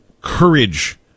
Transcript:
courage